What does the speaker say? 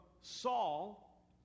Saul